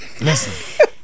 Listen